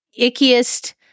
ickiest